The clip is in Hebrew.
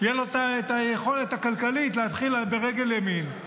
תהיה לו היכולת הכלכלית להתחיל ברגל ימין.